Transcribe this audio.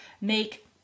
make